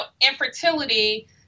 infertility